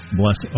bless